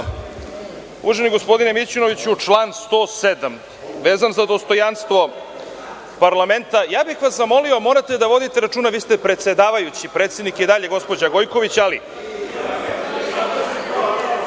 Uvaženi gospodine Mićunoviću, član 107, vezan za dostojanstvo parlamenta. Ja bih vas zamolio, morate da vodite računa, vi ste predsedavajući, predsednik je i dalje gospođa Gojković…Ovi